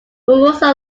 formosa